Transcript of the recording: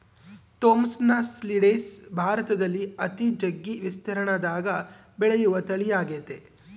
Thompson seedless ಭಾರತದಲ್ಲಿ ಅತಿ ಜಗ್ಗಿ ವಿಸ್ತೀರ್ಣದಗ ಬೆಳೆಯುವ ತಳಿಯಾಗೆತೆ